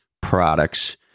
products